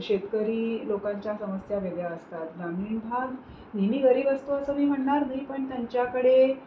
शेतकरी लोकांच्या समस्या वेगळ्या असतात ग्रामीण भाग नेहमी गरीब असतो असं मी म्हणणार नाही पण त्यांच्याकडे